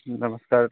नमस्कार